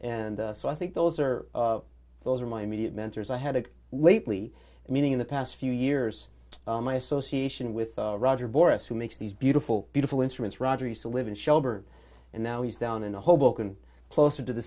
and so i think those are those are my immediate mentors i had it lately meaning in the past few years my association with roger boris who makes these beautiful beautiful instruments roger used to live in shelburne and now he's down in hoboken closer to the